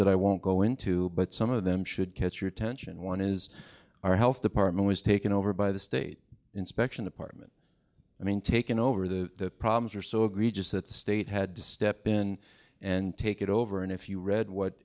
that i won't go into but some of them should catch your attention one is our health department was taken over by the state inspection department i mean taken over the problems are so egregious that the state had to step in and take it over and if you read what